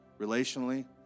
relationally